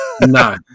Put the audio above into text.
No